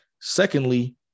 Secondly